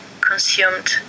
consumed